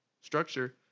structure